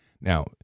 Now